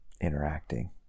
interacting